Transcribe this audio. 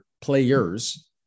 players